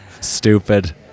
Stupid